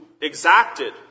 exacted